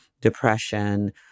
depression